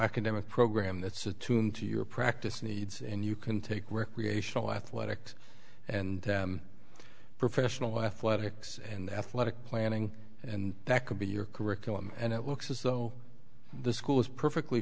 academic program that's attuned to your practice needs and you can take recreational athletics and professional athletics and athletic planning and that could be your curriculum and it looks as though the school is perfectly